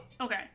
Okay